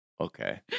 okay